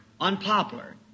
unpopular